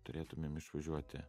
turėtumėm išvažiuoti